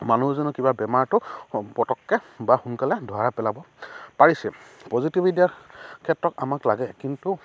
মানুহ এজনৰ কিবা বেমাৰটো পটককৈ বা সোনকালে ধৰা পেলাব পাৰিছে প্ৰযুক্তিবিদ্যাৰ ক্ষেত্ৰত আমাক লাগে কিন্তু